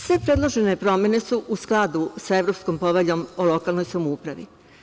Sve predložene promene su u skladu sa Evropskom poveljom o lokalnoj samoupravi.